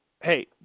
hey